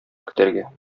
көтәргә